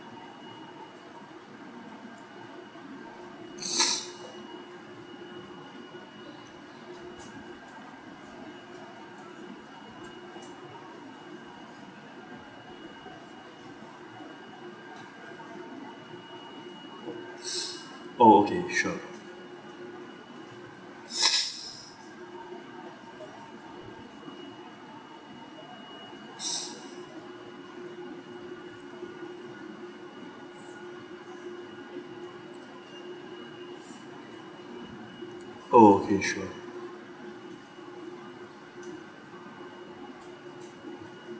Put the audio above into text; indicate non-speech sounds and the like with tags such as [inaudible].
[breath] oh okay sure [breath] oh okay sure